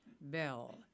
Bell